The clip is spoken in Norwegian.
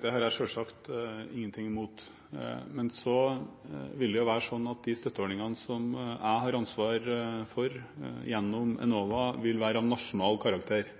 Det har jeg selvsagt ingenting imot. Men så vil det jo være sånn at de støtteordningene som jeg har ansvar for gjennom Enova, vil være av nasjonal karakter